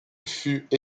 fut